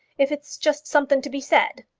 if it's just something to be said?